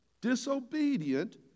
Disobedient